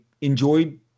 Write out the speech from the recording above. enjoyed